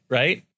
right